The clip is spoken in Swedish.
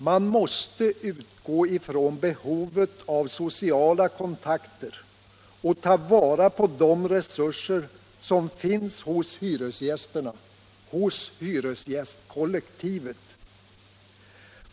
Man måste utgå från behovet av sociala kontakter och ta vara på de resurser som finns hos hyresgästerna, hos hyresgästkollektivet.